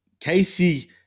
Casey